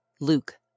Luke